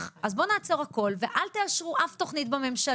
יחלו בהקדם ואז הדבר הזה גם יוכל לקבל ביטוי במסגרתם,